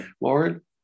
Lauren